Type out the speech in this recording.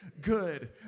good